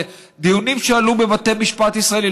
בדיונים שעלו בבתי משפט ישראליים,